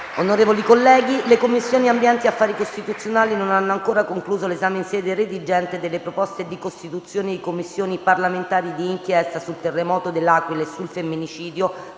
Onorevoli colleghi, le Commissioni ambiente e affari costituzionali non hanno ancora concluso l'esame in sede redigente delle proposte di costituzione delle Commissioni parlamentari di inchiesta sul terremoto de L'Aquila e sul femminicidio,